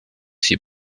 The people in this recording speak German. sie